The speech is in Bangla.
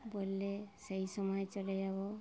বললে সেই সময় চলে যাব